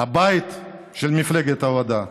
הבית של מפלגת העבודה קורס.